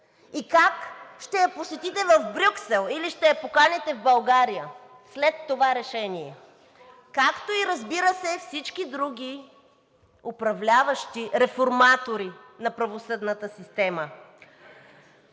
Как ще я посетите в Брюксел или ще я поканите в България след това решение – разбира се, както и всички други управляващи реформатори на правосъдната система?!